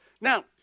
Now